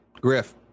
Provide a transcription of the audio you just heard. Griff